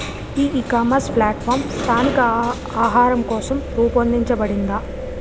ఈ ecommerce platform స్థానిక ఆహారం కోసం రూపొందించబడిందా?